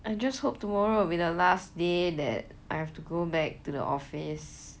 I just hope tomorrow will be the last day that I have to go back to the office